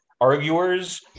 arguers